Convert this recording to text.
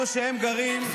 איפה שהם גרים,